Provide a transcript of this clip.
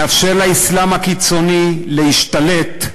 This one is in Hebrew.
מאפשר לאסלאם הקיצוני להשתלט,